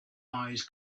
eyes